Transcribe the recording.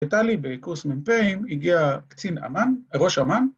הייתה לי בקורס מ"פים, ‫הגיע קצין אמ"ן, ראש אמ"ן,